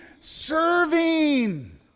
serving